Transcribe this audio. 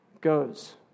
goes